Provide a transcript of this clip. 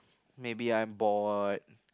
maybe I'm bored